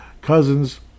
Cousins